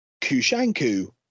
kushanku